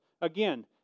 Again